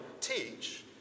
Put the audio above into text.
teach